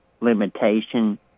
limitation